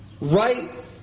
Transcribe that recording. right